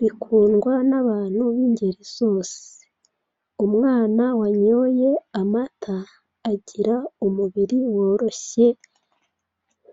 bikundwa n'abantu b'ingeri zose. Umwana wanyoye amata, agira umubiri woroshye,